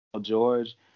George